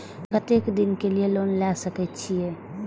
केते दिन के लिए लोन ले सके छिए?